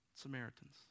Samaritans